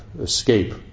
escape